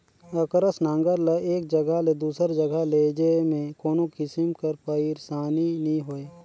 अकरस नांगर ल एक जगहा ले दूसर जगहा लेइजे मे कोनो किसिम कर पइरसानी नी होए